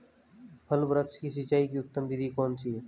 फल वृक्ष की सिंचाई की उत्तम विधि कौन सी है?